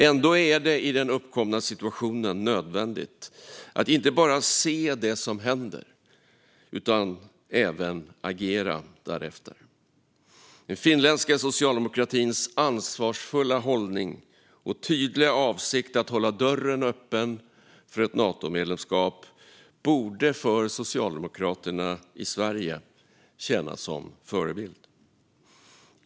Ändå är det i den uppkomna situationen nödvändigt att inte bara se det som händer utan även agera därefter. Den finländska socialdemokratins ansvarsfulla hållning och tydliga avsikt att hålla dörren öppen för ett Natomedlemskap borde för Socialdemokraterna i Sverige tjäna som förebild.